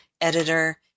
editor